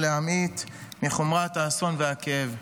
או להמעיט מחומרת האסון והכאב.